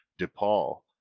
DePaul